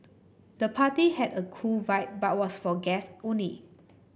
the party had a cool vibe but was for guest only